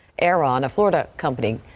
air on a florida company.